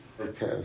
Okay